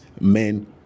men